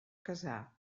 casar